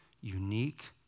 unique